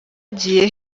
agiye